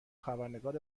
خبرنگار